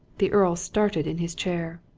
the earl started in his chair.